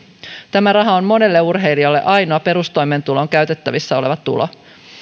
tämä raha on monelle urheilijalle ainoa perustoimeentuloon käytettävissä oleva tulo